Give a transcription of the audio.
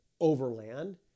overland